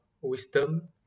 wisdom